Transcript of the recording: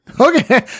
Okay